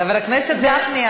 חבר הכנסת גפני,